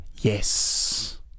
yes